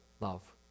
love